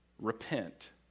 Repent